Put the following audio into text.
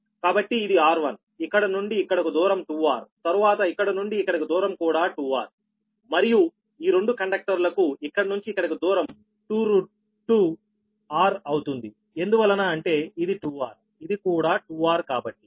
కాబట్టి ఇది r1 ఇక్కడ నుండి ఇక్కడకు దూరం 2 r తరువాత ఇక్కడ నుండి ఇక్కడికి దూరం కూడా 2 r మరియు ఈ రెండు కండక్టర్లకు ఇక్కడ నుంచి ఇక్కడికి దూరం 22 r అవుతుంది ఎందువలన అంటే ఇది 2 r ఇది కూడా 2 r కాబట్టి